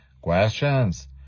Questions